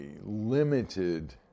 limited